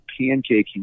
pancaking